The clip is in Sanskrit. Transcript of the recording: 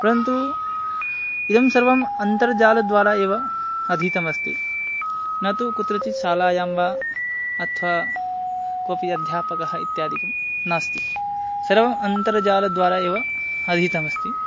परन्तु इदं सर्वम् अन्तर्जालद्वारा एव अधीतमस्ति न तु कुत्रचित् शालायां वा अथवा कोऽपि अध्यापकः इत्यादिकं नास्ति सर्वम् अन्तर्जालद्वारा एव अधीतमस्ति